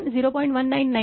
तर हा V1 0